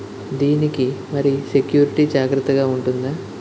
దీని కి మరి సెక్యూరిటీ జాగ్రత్తగా ఉంటుందా?